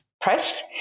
press